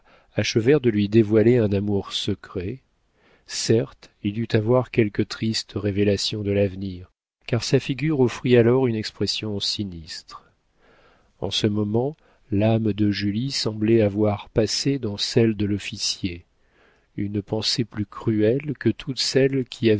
achevèrent de lui dévoiler un amour secret certes il dut avoir quelques tristes révélations de l'avenir car sa figure offrit alors une expression sinistre en ce moment l'âme de julie semblait avoir passé dans celle de l'officier une pensée plus cruelle que toutes celles qui